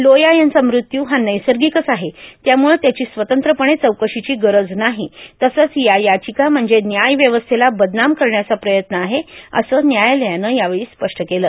लोया यांचा मृत्यू हा नैसर्गिकच आहे त्यामुळं त्याची स्वतंत्रपणे चौकशीची गरज नाही तसंच या याचिका म्हणजे न्यायव्यवस्थेला बदनाम करण्याचा प्रयत्न आहे असं न्यायालयानं यावेळी स्पष्ट केलं